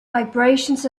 vibrations